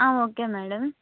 okay madam